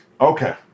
Okay